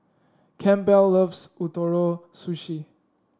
Campbell loves Ootoro Sushi